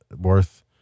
worth